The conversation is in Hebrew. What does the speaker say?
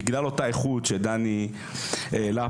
בגלל אותה איכות שדני ציין כאן.